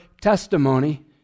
testimony